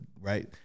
right